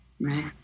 Right